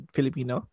Filipino